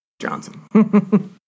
Johnson